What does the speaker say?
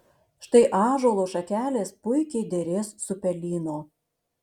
štai ąžuolo šakelės puikiai derės su pelyno